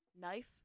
knife